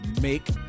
make